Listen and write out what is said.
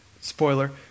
spoiler